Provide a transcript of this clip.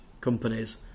companies